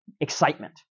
excitement